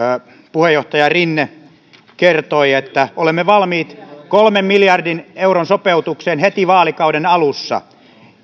puheenjohtaja rinne kertoi että he ovat valmiit kolmen miljardin euron sopeutukseen heti vaalikauden alussa